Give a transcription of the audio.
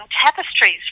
tapestries